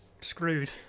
screwed